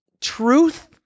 truth